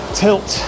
tilt